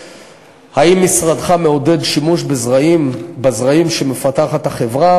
3. האם משרדך מעודד שימוש בזרעים שמפתחת החברה?